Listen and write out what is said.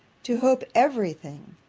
to hope every thing,